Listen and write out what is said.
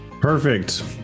Perfect